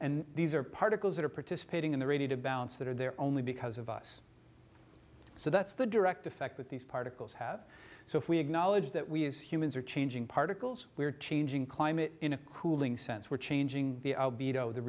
and these are particles that are participating in the rate of balance that are there only because of us so that's the direct effect with these particles have so if we acknowledge that we as humans are changing particles we're changing climate in a cooling sense we're changing the